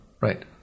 Right